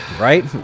Right